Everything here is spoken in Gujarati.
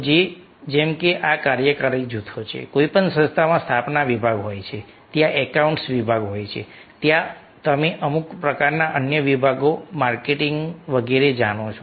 તો જેમ કે આ કાર્યકારી જૂથો છે કોઈપણ સંસ્થામાં સ્થાપના વિભાગ હોય છે ત્યાં એકાઉન્ટ્સ વિભાગ હોય છે ત્યાં તમે અમુક પ્રકારના અન્ય વિભાગો માર્કેટિંગ વગેરે જાણો છો